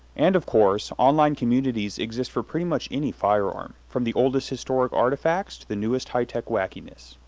and of course, online communities exist for pretty much any firearm, from the oldest historic artifacts to the newest high-tech wackyness.